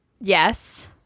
Yes